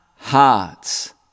Hearts